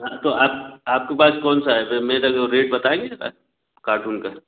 हाँ तो आप आप के पास कौन सा है मेरे को रेट बताएंगे ज़रा सा कार्टून का